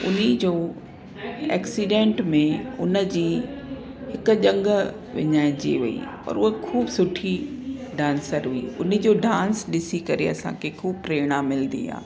उनजो एक्सीडेंट में उनजी हिक ॼंघ विञाएजी वयी पर हुअ खूब सुठी डांसर हुई उने जो डांस ॾिसी करे असांखे खूब प्रेरणा मिलंदी आहे